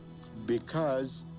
because